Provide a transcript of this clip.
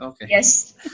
Yes